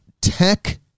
tech